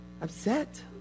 upset